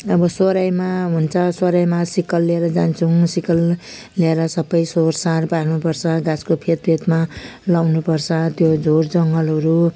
अब सोहोर्याइमा हुन्छ सोहोर्याइमा सिकल लिएर जान्छौँ सिकल लिएर सबै सोहोरसार पार्नुपर्छ गाछको फेदफेदमा लगाउनुपर्छ त्यो झोररजङ्गलहरू